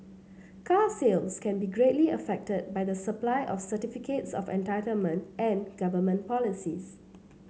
car sales can be greatly affected by the supply of certificates of entitlement and government policies